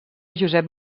josep